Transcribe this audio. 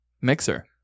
Mixer